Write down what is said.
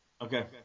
okay